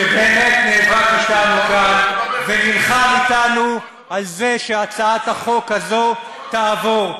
שבאמת נאבק אתנו גם ונלחם אתנו על זה שהצעת החוק הזאת תעבור.